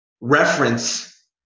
reference